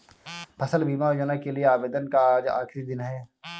फसल बीमा योजना के लिए आवेदन का आज आखरी दिन है